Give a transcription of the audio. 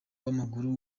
w’amaguru